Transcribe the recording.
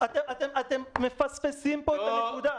אתם מפספסים פה את הנקודה.